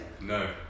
no